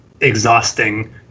exhausting